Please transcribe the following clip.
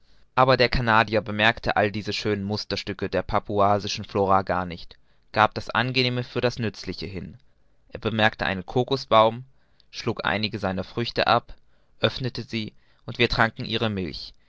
aber der canadier bemerkte alle diese schönen musterstücke der papuasischen flora gar nicht gab das angenehme für's nützliche hin er bemerkte einen cocosbaum schlug einige seiner früchte ab öffnete sie und wir tranken ihre milch